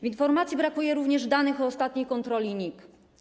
W informacji brakuje również danych o ostatniej kontroli NIK.